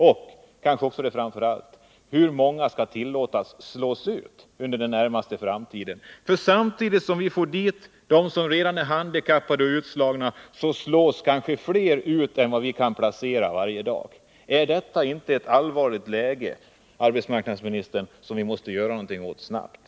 Och framför allt: Hur många skall tillåtas att slås ut under den närmaste framtiden? Samtidigt som vi kan placera en del av dem som redan är handikappade och utslagna, slås kanske ännu fler ut varje dag. Ar detta inte ett allvarligt läge, herr arbetsmarknadsminister, som vi måste göra någonting åt snabbt?